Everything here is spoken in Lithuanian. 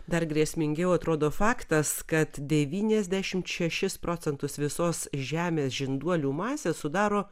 dar grėsmingiau atrodo faktas kad devynaisdešimt šešis procentus visos žemės žinduolių masės sudaro